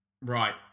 Right